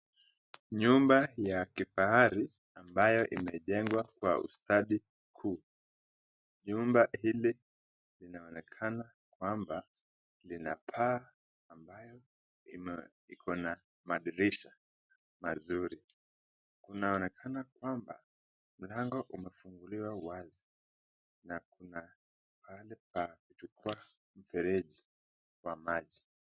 Nyumba ya kifahari ambayo imejengwa Kwa ustadi huu. Nyumba ile linaonekana kwamba lina paa ambayo ikona madirisha mazuri. kunaoneka kwamba mlango umefunguliwa wazi na kuna pahali pa kuchukua mfereji wa maji.